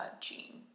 gene